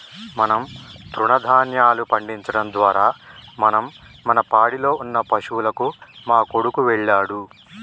మనం తృణదాన్యాలు పండించడం ద్వారా మనం మన పాడిలో ఉన్న పశువులకు మా కొడుకు వెళ్ళాడు